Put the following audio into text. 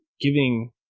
giving